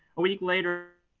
a week later,